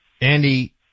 Andy